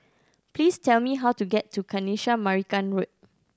please tell me how to get to Kanisha Marican Road